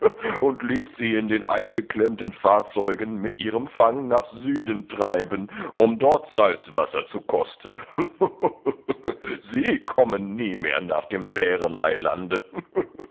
und ließ sie in den eingeklemmten fahrzeugen mit ihrem fang nach süden treiben um dort salzwasser zu kosten sie kommen nie mehr nach dem